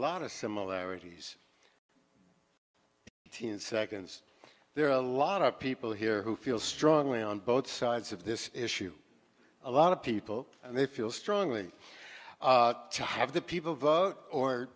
lot of similarities seconds there are a lot of people here who feel strongly on both sides of this issue a lot of people and they feel strongly to have the people vote or